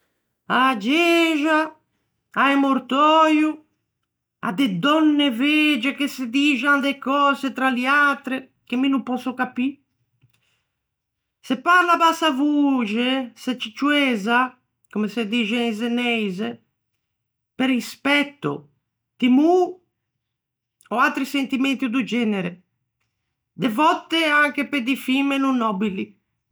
A-a gexa, à un mortöio, à de dònne vegie che se dixan de cöse tra liatre, che mi no pòsso capî. Se parla à bassa voxe, se ciccioeza, comme se dixe in zeneise, pe rispetto, timô ò atri sentimenti do genere. De vòtte anche pe di fin meno nòbili.